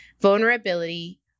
vulnerability